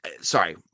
Sorry